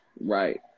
Right